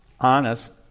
Honest